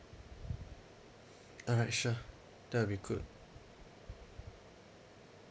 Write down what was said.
alright sure that will be good